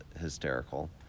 hysterical